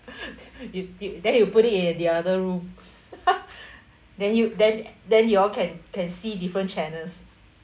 you you then you put it in the other room then you then then you all can can see different channels